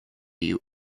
you